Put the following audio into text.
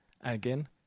Again